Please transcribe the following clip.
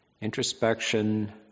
introspection